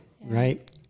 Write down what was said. right